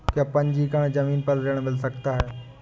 क्या पंजीकरण ज़मीन पर ऋण मिल सकता है?